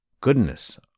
Goodness